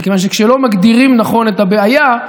מכיוון שכשלא מגדירים נכון את הבעיה,